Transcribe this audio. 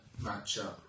matchup